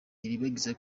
iribagiza